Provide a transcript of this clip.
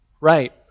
Right